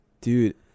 Dude